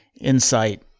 insight